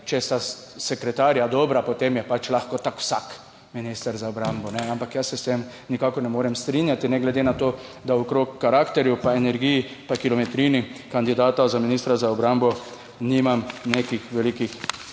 če sta sekretarja dobra, potem je lahko tako vsak minister za obrambo, ampak jaz se s tem nikakor ne morem strinjati ne glede na to, da okrog karakterjev pa energiji pa kilometrini kandidata za ministra za obrambo, nimam nekih velikih